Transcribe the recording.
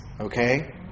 Okay